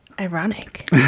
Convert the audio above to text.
ironic